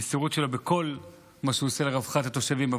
המסירות שלו היא בכל מה שהוא עושה לרווחת התושבים,